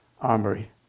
Armory